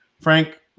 Frank